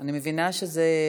אני מבינה שזה